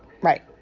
Right